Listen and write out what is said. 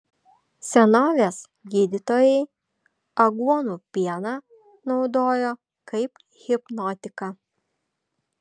senovės gydytojai aguonų pieną naudojo kaip hipnotiką